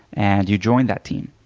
and you join that team.